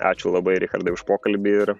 ačiū labai richardai už pokalbį ir